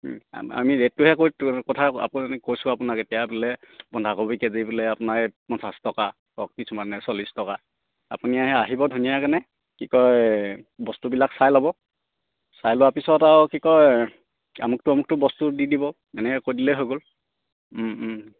আমি ৰেটটোহে কথা আপুনি কৈছোঁ আপোনাক এতিয়া বোলে বন্ধাকবি কেজি বোলে আপোনাৰ এই পঞ্চাছ টকা কিছুমানে চল্লিছ টকা আপুনি আহে আহিব ধুনীয়াকেনে কি কয় বস্তুবিলাক চাই ল'ব চাই লোৱাৰ পিছত আৰু কি কয় আমুকটো অমুকটো বস্তু দি দিব এনেকৈ কৈ দিলেই হৈ গ'ল